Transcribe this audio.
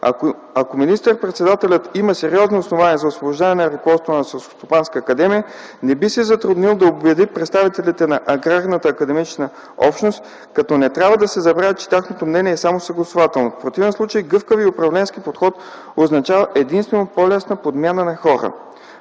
Ако министър-председателят има сериозни основания за освобождаване на ръководството на Селскостопанска академия, не би се затруднил да убеди представителите на Аграрната академична общност, като не трябва да се забравя, че тяхното мнение е само съгласувателно. В противен случай, гъвкавият управленски подход означава единствено по-лесна подмяна на хора.